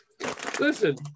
Listen